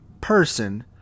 person